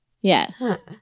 Yes